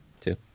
Two